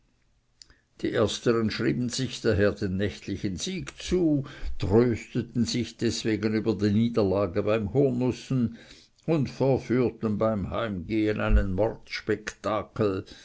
die ersten schrieben sich daher den nächtlichen sieg zu trösteten sich deswegen über die niederlage beim hurnußen und verführten beim heimgehen einen